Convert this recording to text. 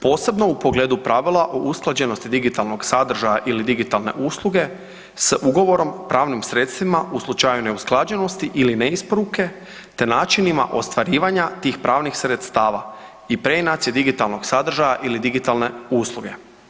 Posebno u pogledu pravila o usklađenosti digitalnoga sadržaja ili digitalne usluge s ugovorom pravnim sredstvima u slučaju neusklađenosti ili ne isporuke te načinima ostvarivanja tih pravnih sredstava i preinaci digitalnog sadržaja ili digitalne usluge.